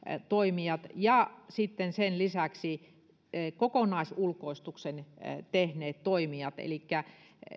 toimijat ja sen lisäksi kokonaisulkoistuksen tehneet toimijat elikkä